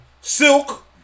Silk